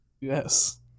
yes